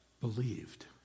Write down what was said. believed